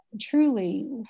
truly